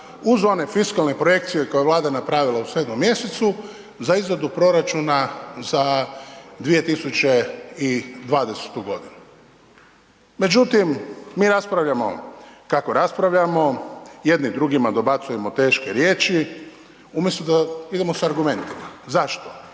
uz one fiskalne projekcije koje je Vlada napravila u 7 mj., za izradu proračuna za 2020. g. međutim mi raspravljamo kako raspravljamo, jedni drugima dobacujemo teške riječi umjesto da idemo sa argumentima, zašto?